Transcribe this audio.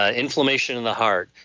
ah inflammation in the heart,